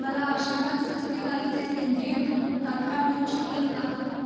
मला आशीर्वाद स्वस्ती गाईचे सेंद्रिय तूप तात्काळ मिळू शकेल का